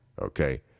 Okay